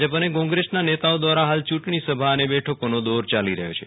ભાજપ અને કોંગ્રેસના નેતાઓ દ્વારા હાલ ચૂંટણીસભા અને બેઠકોનો દોર ચાલી રહ્યો છે